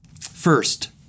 First